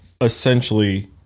essentially